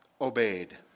obeyed